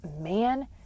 man